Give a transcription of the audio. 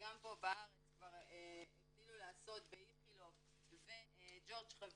וגם פה בארץ כבר הגדילו לעשות באיכילוב וג'ורג' חביב,